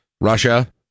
russia